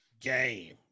game